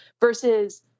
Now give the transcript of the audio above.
versus